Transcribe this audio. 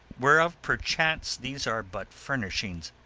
whereof, perchance, these are but furnishings